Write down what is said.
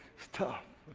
it's tough.